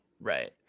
Right